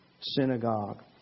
synagogue